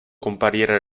comparire